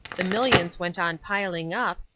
the millions went on piling up,